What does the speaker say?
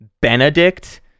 benedict